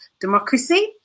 democracy